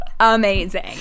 amazing